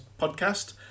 podcast